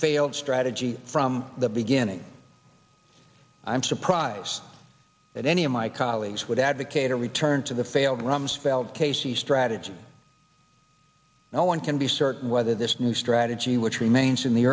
failed strategy from the beginning i'm surprised that any of my colleagues would advocate a return to the failed rumsfeld casey strategy no one can be certain whether this new strategy which remains in the